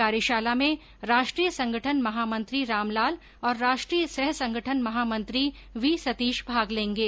कार्यशाला में राष्ट्रीय संगठन महामंत्री रामलाल और राष्ट्रीय सह संगठन महामंत्री वी सतीश भाग लेंगे